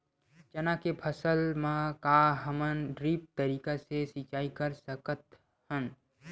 चना के फसल म का हमन ड्रिप तरीका ले सिचाई कर सकत हन?